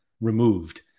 removed